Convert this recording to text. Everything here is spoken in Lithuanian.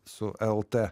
su el t